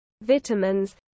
vitamins